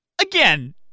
Again